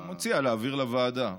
אני מציע להעביר לוועדה.